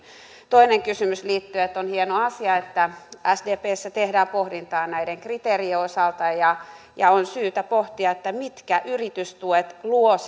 toiseen kysymykseen liittyen on hieno asia että sdpssä tehdään pohdintaa näiden kriteerien osalta on syytä pohtia mitkä yritystuet luovat